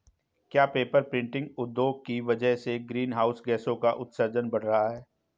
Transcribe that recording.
क्या paper printing उद्योग की वजह से ग्रीन हाउस गैसों का उत्सर्जन बढ़ रहा है?